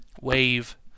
Wave